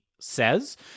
says